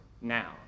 now